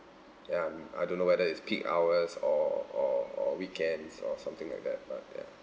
ya I don't know whether it's peak hours or or or weekends or something like that lah ya